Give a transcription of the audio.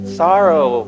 sorrow